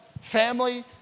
family